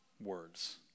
words